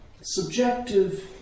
subjective